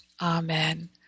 Amen